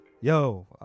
Yo